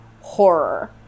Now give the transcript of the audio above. horror